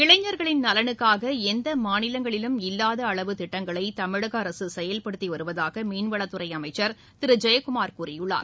இளைஞர்களின் நலனுக்காக எந்த மாநிலங்களிலும் இல்லாத அளவு திட்டங்களை தமிழக அரசு செயல்படுத்தி வருவதாக மீன்வளத்துறை அமைச்சர் திரு ஜெயக்குமார் கூறியுள்ளார்